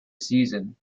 season